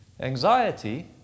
Anxiety